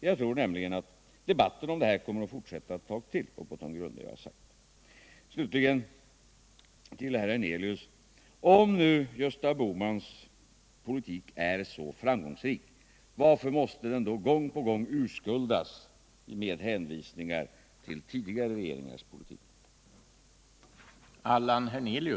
Jag tror nämligen att debatten kommer att fortsätta ett tag till på de grunder som jag har nämnt. Slutligen till herr Hernelius: Om nu Gösta Bohmans politik är så framgångsrik — varför måste den då gång på gång urskuldas med hänvisningar till tidigare regeringars politik?